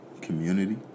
community